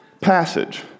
passage